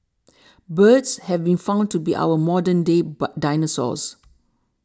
birds have been found to be our modern day but dinosaurs